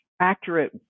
accurate